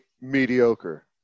mediocre